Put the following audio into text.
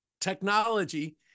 technology